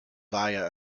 via